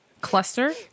cluster